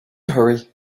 hurry